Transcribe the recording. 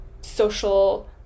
social